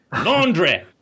Laundry